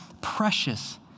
precious